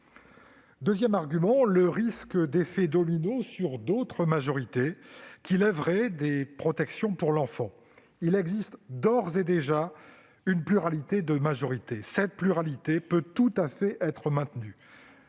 Deuxième argument : le risque d'effet domino sur d'autres majorités, qui viendrait diminuer la protection des mineurs. Il existe d'ores et déjà une pluralité de majorités et cette pluralité peut tout à fait être maintenue.